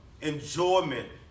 enjoyment